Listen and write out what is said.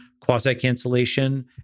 quasi-cancellation